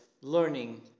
learning